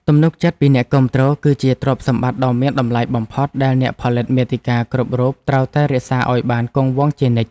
ទំនុកចិត្តពីអ្នកគាំទ្រ គឺជាទ្រព្យសម្បត្តិដ៏មានតម្លៃបំផុតដែលអ្នកផលិតមាតិកាគ្រប់រូបត្រូវតែរក្សាឱ្យបានគង់វង្សជានិច្ច។